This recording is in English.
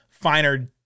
Finer